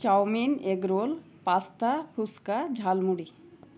chowmein egg roll pasta phuchka jhalmuri